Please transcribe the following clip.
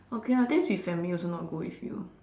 okay lah that's with family also not go with you